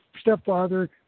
stepfather